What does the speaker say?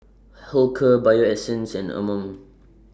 Hilker Bio Essence and Anmum